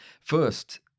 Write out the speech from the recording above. First